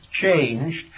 changed